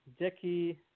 Jackie